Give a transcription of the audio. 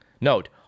Note